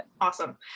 Awesome